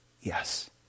yes